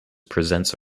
presents